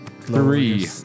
Three